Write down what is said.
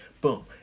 Boom